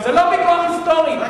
זה לא ויכוח היסטורי,